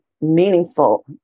meaningful